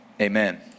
amen